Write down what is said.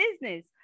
business